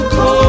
go